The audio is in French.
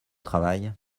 travail